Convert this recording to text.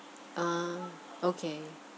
ah okay